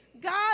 God